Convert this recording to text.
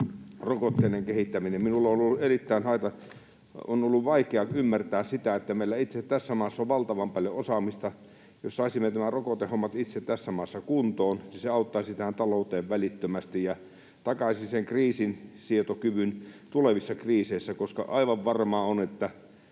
rokotteiden kehittäminen. Minun on ollut vaikea ymmärtää sitä, että kun meillä itse asiassa on tässä maassa valtavan paljon osaamista, niin jos saisimme nämä rokotehommat itse tässä maassa kuntoon, niin se auttaisi tähän talouteen välittömästi ja takaisi sen kriisinsietokyvyn tulevissa kriiseissä, koska aivan varmaa on, että